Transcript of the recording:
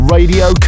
Radio